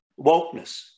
wokeness